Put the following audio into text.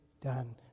done